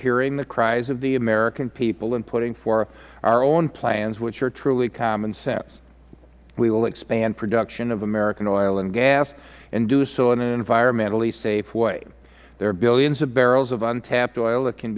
hearing the cries of the american people and are putting forth our own plans which are truly common sense we will expand production of american oil and gas and do so in an environmentally safe way there are billions of barrels of untapped oil that can